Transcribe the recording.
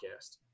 Podcast